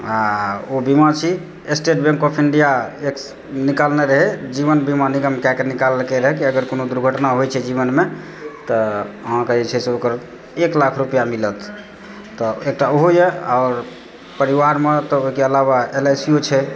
आ ओ बीमा छी स्टेट बैंक ऑफ इण्डिया एक्स निकालने रहै जीवन बीमा निगम कए कऽ निकाललकै रहऽ कि अगर कोनो दुर्घटना होइत छै जीवनमे तऽ अहाँकेँ जे छै से ओकर एक लाख रुपैआ मिलत तऽ एकटा ओहो यऽ आओर परिवारमे तऽ ओहिके अलावा एलआइसीयो छै